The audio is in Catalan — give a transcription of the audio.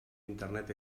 internet